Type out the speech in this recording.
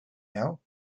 know